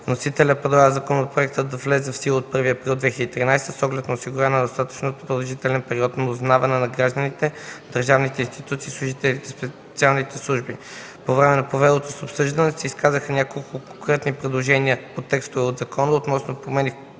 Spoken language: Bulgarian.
Вносителят предлага законът да влезе в сила от 1 април 2013 г. с оглед осигуряване на достатъчно продължителен „период на узнаване” за гражданите, държавните институции и служителите в специалните служби. По време на провелото се обсъждане се изказаха няколко конкретни предложения по текстове от закона – относно промени